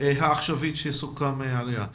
העכשווית שסוכם עליה.